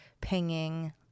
pinging